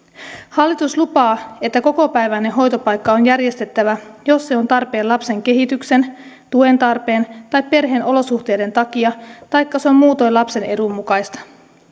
hallitus lupaa että kokopäiväinen hoitopaikka on järjestettävä jos se on tarpeen lapsen kehityksen tuen tarpeen tai perheen olosuhteiden takia taikka se on muutoin lapsen edun mukaista